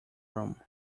room